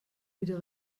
wieder